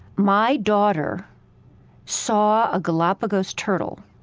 my daughter saw a galapagos turtle,